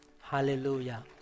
Hallelujah